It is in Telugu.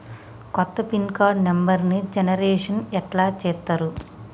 కొత్త పిన్ కార్డు నెంబర్ని జనరేషన్ ఎట్లా చేత్తరు?